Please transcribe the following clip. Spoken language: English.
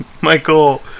Michael